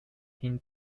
him